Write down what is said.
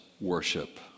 worship